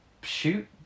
shoot